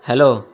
hello